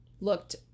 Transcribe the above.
looked